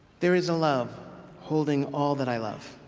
there is a love holding all that i love.